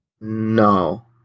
No